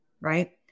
right